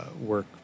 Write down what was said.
work